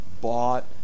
bought